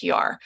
PR